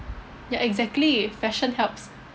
ya exactly fashion helps